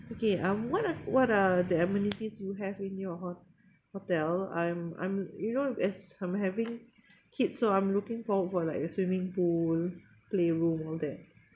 okay um what are what are the amenities you have in your ho~ hotel I'm I'm you know as I'm having kids so I'm looking forward for like the swimming pool play room all that